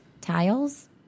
Tiles